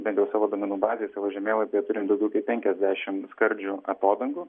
bent jau savo duomenų bazėj savo žemėlapyje turim daugiau kaip penkiasdešim skardžių atodangų